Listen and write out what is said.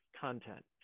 content